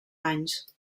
anys